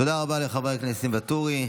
תודה רבה לחבר הכנסת ניסים ואטורי.